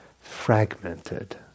fragmented